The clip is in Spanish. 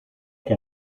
que